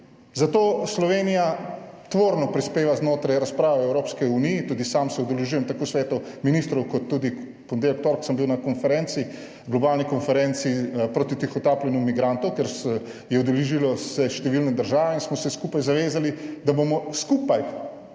Zato Slovenija tvorno prispeva znotraj razprave o Evropski uniji. Tudi sam se udeležujem tako svetov ministrov kot tudi, v ponedeljek, torek, sem bil na konferenci, globalni konferenci proti tihotapljenju migrantov, ker se, je udeležilo se številne države in smo se skupaj zavezali, da bomo skupaj